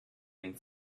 and